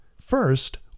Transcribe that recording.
First